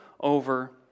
over